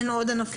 אין עוד ענפים?